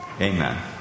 Amen